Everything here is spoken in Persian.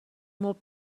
مبل